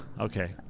okay